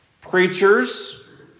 preachers